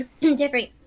different